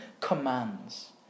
commands